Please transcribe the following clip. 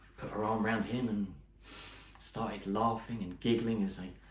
put her arm round him and started laughing and giggling as they